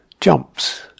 jumps